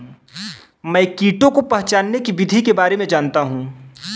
मैं कीटों को पहचानने की विधि के बारे में जनता हूँ